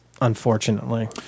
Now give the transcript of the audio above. unfortunately